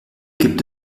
gibt